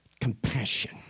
compassion